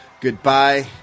Goodbye